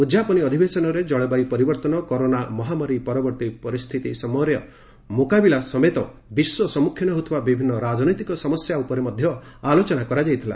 ଉଦ୍ଯାପନୀ ଅଧିବେଶନରେ କଳବାୟୁ ପରିବର୍ତ୍ତନ କରୋନା ମହାମାରୀ ପରିବର୍ତ୍ତୀ ସମୟରେ ପରିସ୍ଥିତିର ମୁକାବିଲା ସମେତ ବିଶ୍ୱ ସମ୍ମୁଖୀନ ହେଉଥିବା ବିଭିନ୍ନ ରାଜନୈତିକ ସମସ୍ୟା ଉପରେ ଆଲୋଚନା କରାଯାଇଥିଲା